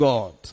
God